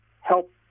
help